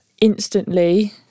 instantly